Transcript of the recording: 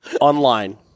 online